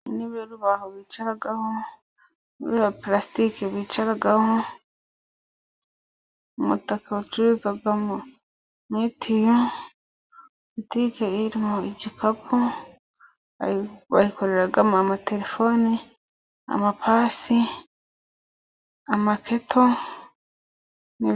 Intebe y'urubaho bicaraho, intebe ya plastiki bicaraho, umutaka bacururizamo mitiyu, butike irimo gikapu, bayikoreramo amaterefoni, amapasi, amaketo,...